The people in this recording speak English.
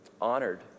honored